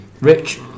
Rich